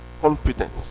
confidence